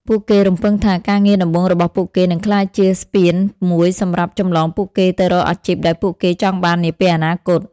ពួកគេរំពឹងថាការងារដំបូងរបស់ពួកគេនឹងក្លាយជា ស្ពានមួយសម្រាប់ចម្លងពួកគេទៅរកអាជីពដែលពួកគេចង់បាននាពេលអនាគត។